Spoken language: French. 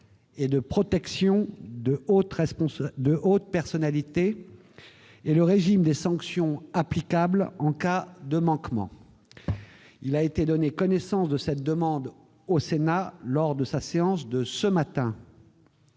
et de protection de hautes personnalités et le régime des sanctions applicables en cas de manquements. Il a été donné connaissance de cette demande au Sénat lors de sa séance de ce matin.